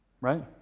Right